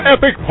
Epic